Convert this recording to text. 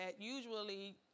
usually